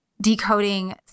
decoding